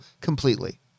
completely